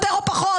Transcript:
יותר או פחות,